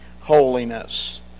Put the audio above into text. holiness